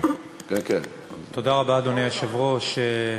אדוני היושב-ראש,